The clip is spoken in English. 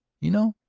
you know,